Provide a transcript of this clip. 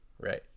right